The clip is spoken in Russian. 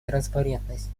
транспарентность